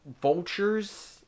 vultures